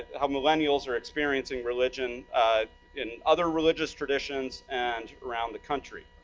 how millennials are experiencing religion in other religious traditions, and around the country.